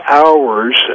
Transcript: hours